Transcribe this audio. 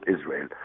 Israel